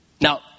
Now